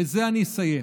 ובזה אני אסיים,